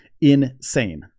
insane